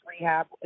rehab